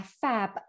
fab